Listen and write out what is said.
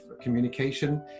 communication